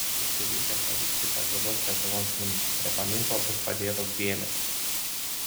susirinkę choristai pagiedos lietuvos himną prie paminklo bus padėtos gėlės